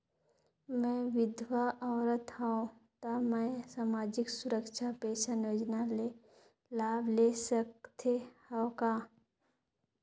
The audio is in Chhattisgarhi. मैं विधवा औरत हवं त मै समाजिक सुरक्षा पेंशन योजना ले लाभ ले सकथे हव का?